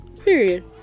Period